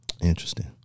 Interesting